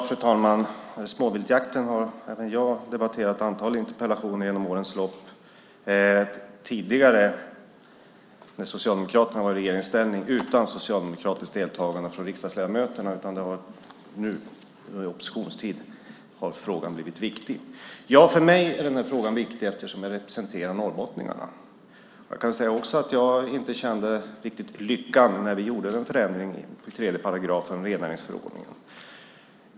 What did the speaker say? Fru talman! Småviltsjakten har även jag tagit upp i ett antal interpellationer genom årens lopp. Tidigare när Socialdemokraterna var i regeringsställning skedde debatten utan socialdemokratiskt deltagande bland riksdagsledamöterna. Nu under oppositionstid har frågan blivit viktig. För mig är frågan viktig eftersom jag representerar norrbottningarna. Jag kände inte riktigt lyckan när förändringen gjordes i 3 § rennäringsförordningen.